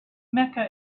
mecca